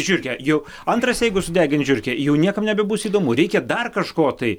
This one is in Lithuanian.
žiurkę jau antras jeigu sudegins žiurkę jau niekam nebebus įdomu reikia dar kažko tai